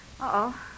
Uh-oh